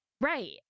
Right